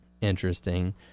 interesting